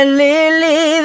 lily